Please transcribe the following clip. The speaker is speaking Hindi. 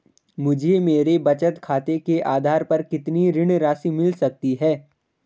मुझे मेरे बचत खाते के आधार पर कितनी ऋण राशि मिल सकती है?